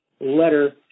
letter